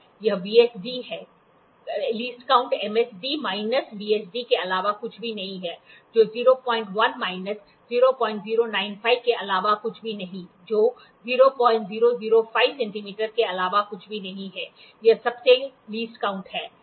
यह वीएसडी है कम से कम गिनती एमएसडी माइनस वीएसडी के अलावा कुछ भी नहीं है जो 01 मैनस 0095 के अलावा कुछ भी नहीं है जो 0005 सेंटीमीटर के अलावा कुछ भी नहीं है यह सबसे कम गिनती है